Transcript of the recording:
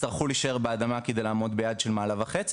יצטרכו להישאר באדמה כדי לעמוד ביעד של מעלה וחצי,